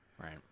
Right